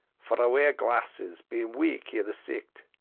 for i wear glesses, being waik ia the sicht.